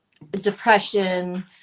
Depression